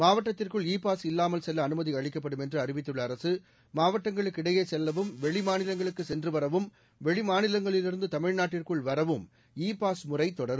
மாவட்டத்திற்குள் e pass இல்லாமல் செல்ல அனுமதி அளிக்கப்படும் என்று அறிவித்துள்ள அரசு மாவட்டங்களுக்கிடையே செல்லவும் வெளிமாநிலங்களுக்குச் சென்றுவரவும் வெளிமாநிலங்களிலிருந்து தமிழ்நாட்டிற்குள் வரவும் இ பாஸ் முறை தொடரும்